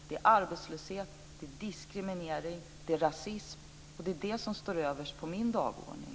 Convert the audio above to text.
Det är arbetslöshet, diskriminering, rasism, och det är det som står överst på min dagordning.